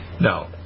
No